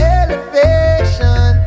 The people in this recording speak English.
elevation